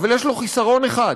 אבל יש לו חיסרון אחד: